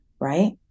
right